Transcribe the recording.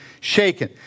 shaken